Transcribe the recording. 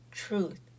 truth